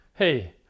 Hey